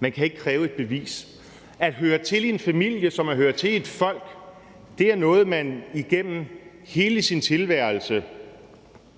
man kan ikke kræve et bevis. At høre til i en familie som at høre til i et folk er noget, man igennem hele sin tilværelse